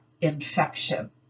infection